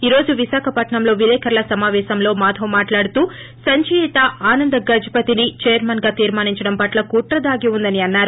ఈ రోజు విశాఖపట్నంలో విలేకర్ల సమావేశంలో మాధవ్ మాట్లాడుతూ సంచియిత ఆనందగజపతిని చైర్మన్ గా తీర్మానించడం పట్ల కుట్ర దాగి ఉందని అన్నారు